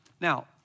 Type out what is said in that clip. Now